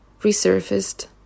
resurfaced